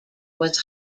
was